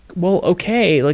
well, okay, like